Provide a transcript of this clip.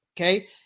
Okay